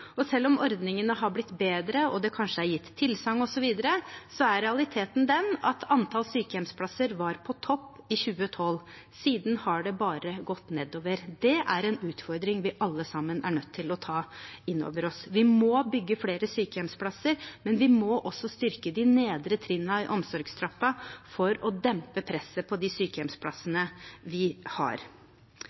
Selv om ordningene har blitt bedre og det kanskje er gitt tilsagn osv., er realiteten den at antall sykehjemsplasser var på topp i 2012. Siden har det bare gått nedover. Det er en utfordring vi alle sammen er nødt til å ta inn over oss. Vi må bygge flere sykehjemsplasser, men vi må også styrke de nedre trinnene i omsorgstrappen for å dempe presset på de sykehjemsplassene vi har.